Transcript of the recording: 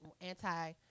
anti